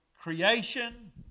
creation